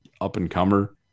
up-and-comer